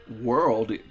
world